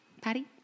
Patty